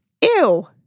Ew